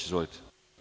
Izvolite.